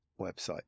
website